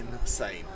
insane